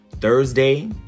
Thursday